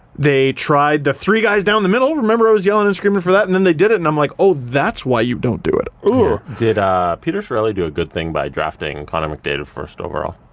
they tried the three guys down the middle. remember i was yelling and screaming for that and then they did it and i'm like oh, that's why you don't do it oh did peter chiarelli do a good thing by drafting connor mcdavid first overall?